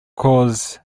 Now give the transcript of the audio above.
corps